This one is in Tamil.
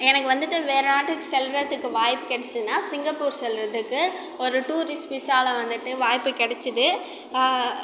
எனக்கு வந்துட்டு வேறே நாட்டுக்கு செல்கிறதுக்கு வாய்ப்பு கிடச்சிதுன்னா சிங்கப்பூர் செல்கிறதுக்கு ஒரு டூரிஸ்ட் விசாவில் வந்துட்டு வாய்ப்பு கிடச்சிது